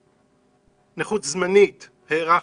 נכות זמנית הארכנו.